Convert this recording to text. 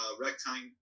rectangle